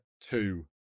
two